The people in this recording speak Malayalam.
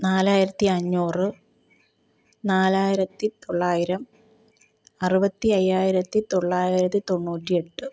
നാലായിരത്തി അഞ്ഞൂറ് നാലായിരത്തി തൊള്ളായിരം അറുപത്തി അയ്യായിരത്തി തൊള്ളായിരത്തി തൊണ്ണൂറ്റി എട്ട്